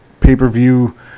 pay-per-view